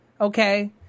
Okay